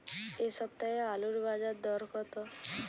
এ সপ্তাহে আলুর বাজার দর কত?